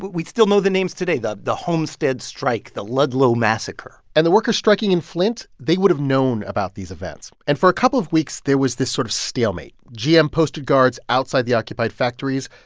we still know the names today the the homestead strike, the ludlow massacre and the workers striking in flint they would've known about these events. and for a couple of weeks there was this sort of stalemate. gm posted guards outside the occupied factories.